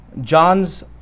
John's